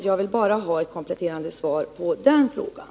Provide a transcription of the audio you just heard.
Jag vill gärna ha ett kompletterande svar på den frågan.